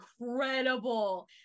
incredible